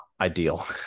ideal